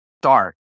start